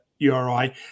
URI